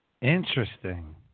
Interesting